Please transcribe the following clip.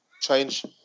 change